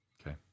okay